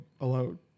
alone